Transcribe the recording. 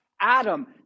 Adam